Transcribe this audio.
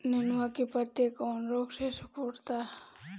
नेनुआ के पत्ते कौने रोग से सिकुड़ता?